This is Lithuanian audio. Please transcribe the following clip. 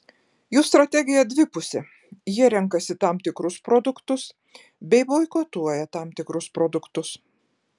jų strategija dvipusė jie renkasi tam tikrus produktus bei boikotuoja tam tikrus produktus